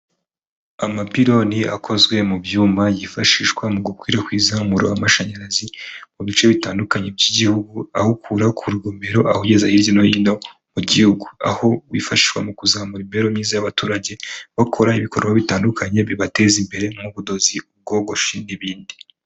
Amapironi akozwe mu byuma yifashishwa mu gukwirakwiza umuriro w'amashanyarazi mu bice bitandukanye by'igihugu, awukura ku rugomero awugeza hirya no hino mu gihugu. Aho wifashishwa mu kuzamura imibereho myiza y'abaturage, bakora ibikorwa bitandukanye bibateza imbere, nk'ubudozi, ubwogoshi n'ibindi.